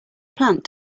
plant